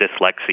dyslexia